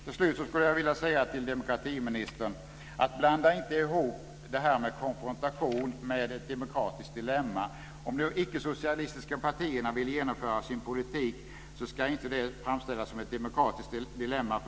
Till slut skulle jag vilja säga till demokratiministern: Blanda inte ihop det här med konfrontation och ett demokratiskt dilemma. Om nu de ickesocialistiska partierna vill genomföra sin politik ska inte det framställas som ett demokratiskt dilemma.